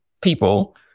people